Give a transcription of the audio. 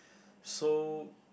so